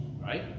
right